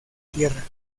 tierra